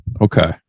Okay